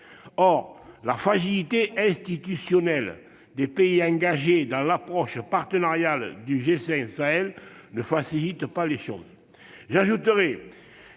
Or la fragilité institutionnelle des pays engagés dans l'approche partenariale du G5 Sahel ne facilite pas les choses.